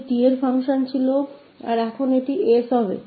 इस प्रकार फंक्शन 𝑡 में था और अब हमें कुछ s में मिल जाएगा